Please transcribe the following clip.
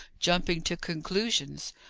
jumping to conclusions.